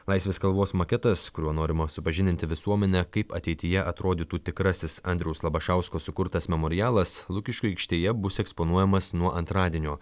laisvės kalvos maketas kuriuo norima supažindinti visuomenę kaip ateityje atrodytų tikrasis andriaus labašausko sukurtas memorialas lukiškių aikštėje bus eksponuojamas nuo antradienio